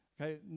Okay